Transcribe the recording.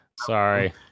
Sorry